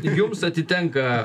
jums atitenka